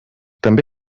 també